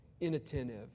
Inattentive